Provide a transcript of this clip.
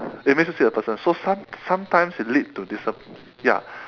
it makes you see the person so some~ sometimes it lead to disap~ ya